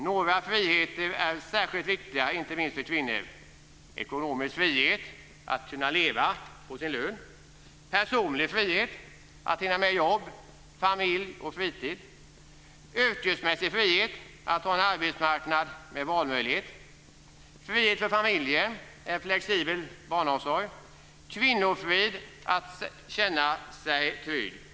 Några friheter är särskilt viktiga, inte minst för kvinnor: · Ekonomisk frihet - att kunna leva på sin lön · Personlig frihet - att hinna med jobb, familj och fritid · Yrkesmässig frihet - att ha en arbetsmarknad med valmöjlighet · Kvinnofrid - att känna sig trygg.